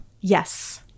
Yes